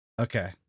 Okay